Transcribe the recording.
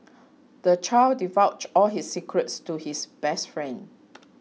the child divulged all his secrets to his best friend